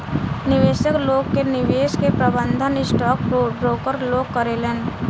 निवेशक लोग के निवेश के प्रबंधन स्टॉक ब्रोकर लोग करेलेन